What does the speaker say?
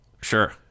Sure